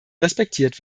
respektiert